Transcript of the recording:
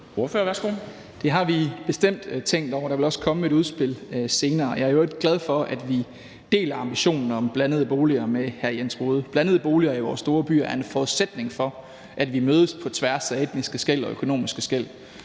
Det har vi bestemt tænkt over, og der vil også komme et udspil senere. Jeg er i øvrigt glad for, at vi deler ambitionen om blandede boliger med hr. Jens Rohde. Blandede boliger i vores store byer er en forudsætning for, at vi mødes på tværs af etniske skel og økonomiske skel,